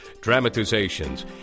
dramatizations